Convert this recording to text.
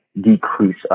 decrease